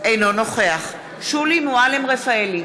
אינו נוכח שולי מועלם-רפאלי,